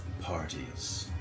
parties